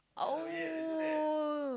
oh